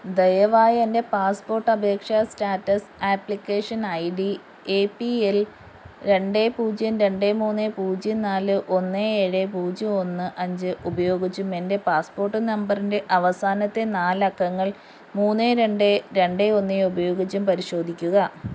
ദയവായി എൻ്റെ പാസ്പോർട്ട് അപേക്ഷാ status application I D A P L രണ്ട് പൂജ്യം രണ്ട് മൂന്ന് പൂജ്യം നാല് ഒന്ന് ഏഴ് പൂജ്യം ഒന്ന് അഞ്ച് ഉപയോഗിച്ചും എൻ്റെ പാസ്പോർട്ട് നമ്പറിൻ്റെ അവസാനത്തെ നാലക്കങ്ങൾ മൂന്ന് രണ്ട് രണ്ട് ഒന്ന് ഉപയോഗിച്ചും പരിശോധിക്കുക